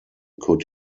could